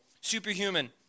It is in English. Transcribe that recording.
superhuman